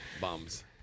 bums